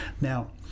Now